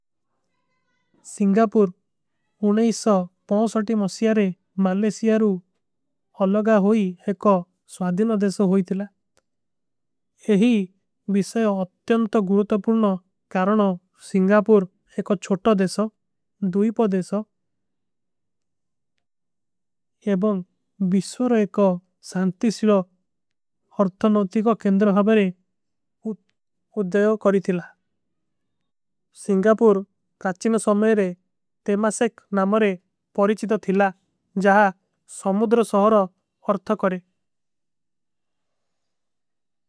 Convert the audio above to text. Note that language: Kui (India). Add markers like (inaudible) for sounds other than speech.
ସିଂଗାପୁର ମାସିଯାରେ ମାଲେଶିଯାରୁ ଅଲଗା ହୋଈ ଏକ ସ୍ଵାଧିନ ଦେଶୋ। ଈ ଥିଲା ଯହୀ ଵିଷଯ ଅତ୍ଯାଂତା ଗୁରୁତ ପୁର୍ଣ କାରଣ ସିଂଗାପୁର ଏକ ଛଟା। ଦେଶୋ ଦୁଈପା ଦେଶୋ ଏବଂ ଵିଶ୍ଵର ଏକ ସାଂତୀ ସିଲୋ ଅର୍ଥାନୌତି କା କେଂଦର। ହାବରେ (hesitation) ଉଦ୍ଦାଯୋ କରୀ ଥିଲା ସିଂଗାପୁର କାଚିନ। ସମଯରେ ତେମାଶେକ ନାମରେ ପରିଚିତ ଥିଲା ଜାହ ସମୁଦ୍ର ସହର ଅର୍ଥା କରେ।